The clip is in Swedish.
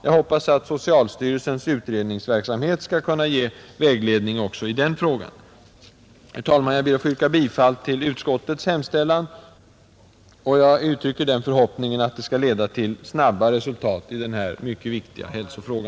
Jag hoppas att socialstyrelsens utredningsverksamhet skall kunna ge vägledning också i den frågan. Herr talman! Jag ber att få yrka bifall till utskottets hemställan, och jag uttrycker förhoppningen att det skall leda till snabba resultat i denna mycket viktiga hälsofråga.